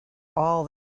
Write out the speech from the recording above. all